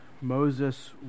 Moses